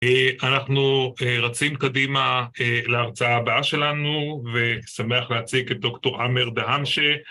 אנחנו רצים קדימה להרצאה הבאה שלנו ושמח להציג את דוקטור עאמר דהאמשה...